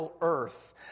earth